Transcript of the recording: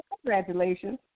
congratulations